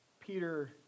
Peter